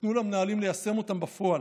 ותנו למנהלים ליישם אותם בפועל.